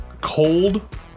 cold